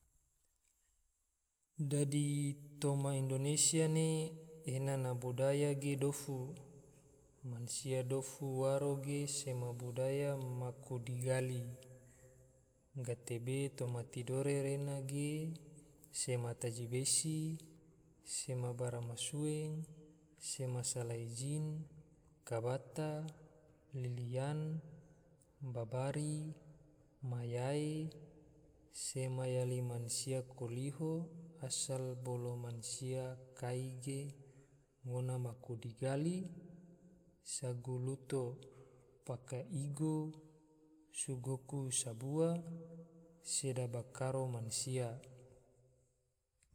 Dadi toma indonesia ne ena na budaya ge dofu, mansia dofu waro ge sema budaya maku digali, gatebe toma tidore rena ge, sema taji besi, sema baramasueng, sema salai jin, kabata, liliyan, babari, mayae, sema yali mansia koliho asal bolo mansia kai ge, ngone maku digali sago luto, paka igo, sogoko sabua, sedaba karo mansia